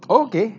okay